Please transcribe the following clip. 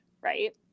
Right